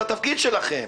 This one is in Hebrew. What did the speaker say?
זה התפקיד שלכם.